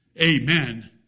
Amen